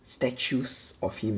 statues of him